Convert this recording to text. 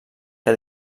que